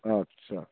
আচ্ছা